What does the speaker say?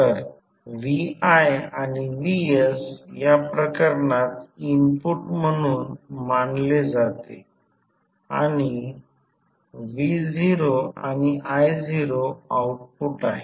तर vi आणि vs या प्रकरणात इनपुट म्हणून मानले जाते आणि v0आणि i0 आउटपुट आहेत